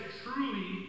truly